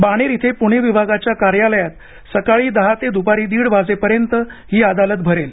बाणेर इथे पुणे विभागाच्या कार्यालयात सकाळी दहा ते दुपारी दीड वाजेपर्यंत ही अदालत भरेल